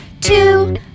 Two